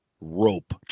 Rope